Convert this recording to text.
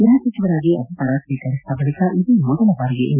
ಗೃಹ ಸಚಿವರಾಗಿ ಅಧಿಕಾರ ಸ್ವೀಕರಿಸಿದ ಬಳಕ ಇದೇ ಮೊದಲ ಬಾರಿಗೆ ಎಂ